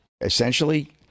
Essentially